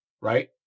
Right